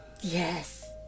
Yes